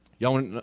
Y'all